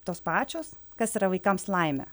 tos pačios kas yra vaikams laimė